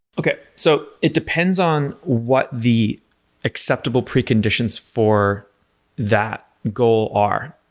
okay. so, it depends on what the acceptable preconditions for that goal are.